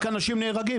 ורק אנשים נהרגים.